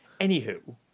anywho